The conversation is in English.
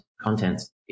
contents